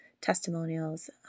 testimonials